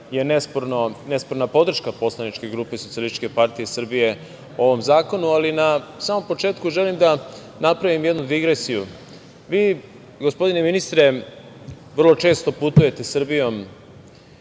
je nesporna podrška poslaničke grupe SPS ovom zakonu, ali na samom početku želim da napravim jednu digresiju. Vi, gospodine ministre, vrlo često putujete Srbijom,